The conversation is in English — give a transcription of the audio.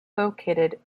located